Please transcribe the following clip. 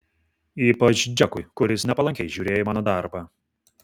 ypač džekui kuris nepalankiai žiūrėjo į mano darbą